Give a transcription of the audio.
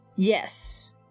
Yes